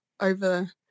over